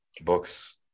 books